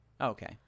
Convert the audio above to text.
Okay